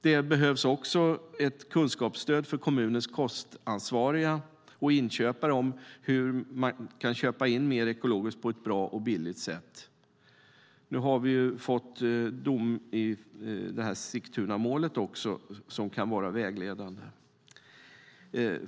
Det behövs också ett kunskapsstöd för kommunernas kostansvariga och inköpare om hur de kan köpa in mer ekologiska varor på ett bra och billigt sätt. Nu har det också kommit en dom i Sigtunamålet som kan vara vägledande.